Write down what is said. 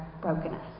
brokenness